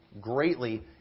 greatly